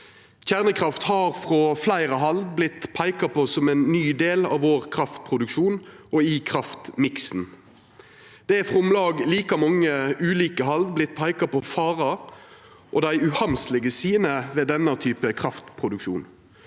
Kjernekraft har frå fleire hald vorte peika på som ein ny del av kraftproduksjonen vår og i kraftmiksen. Det er frå om lag like mange ulike hald vorte peika på farar og dei uhandslege sidene ved denne typen kraftproduksjon.